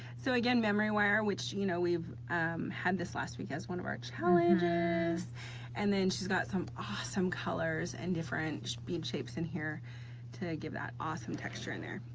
so, again, memory wire which you know we've had this last week as one of our challenges and then she's got some awesome colors and different bead shapes in here to give that awesome texture in there.